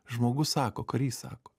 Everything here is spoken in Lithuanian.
žmogus sako karys sako